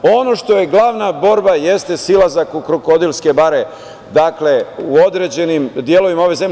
Ono što je glavna borba jeste silazak u krokodilske bare, dakle, u određenim delovima ove zemlje.